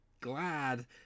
glad